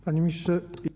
Panie Ministrze!